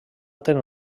tenen